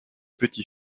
petit